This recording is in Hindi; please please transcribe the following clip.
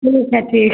ठीक है फिर